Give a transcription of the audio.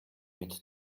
mit